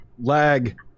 Lag